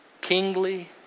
kingly